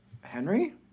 Henry